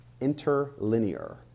Interlinear